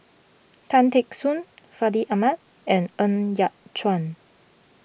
Tan Teck Soon Fandi Ahmad and Ng Yat Chuan